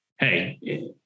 Hey